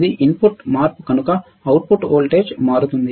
ఇది ఇన్పుట్ మార్పు కనుక అవుట్పుట్ వోల్టేజ్ మారుతుంది